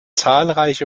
zahlreiche